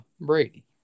Brady